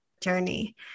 journey